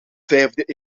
vijfde